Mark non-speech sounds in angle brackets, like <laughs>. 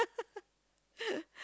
<laughs>